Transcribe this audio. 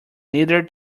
neither